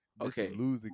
Okay